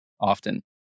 often